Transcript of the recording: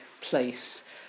place